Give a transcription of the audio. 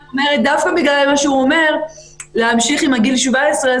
דווקא בגלל מה שהוא אומר אני שלמה עם להמשיך עם גיל 17,